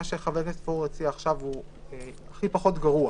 מה שהציע עכשיו חבר הכנסת פורר הוא הכי פחות גרוע.